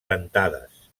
dentades